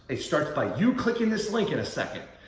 it starts by you clicking this link in a second.